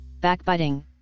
backbiting